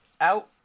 out